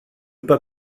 pas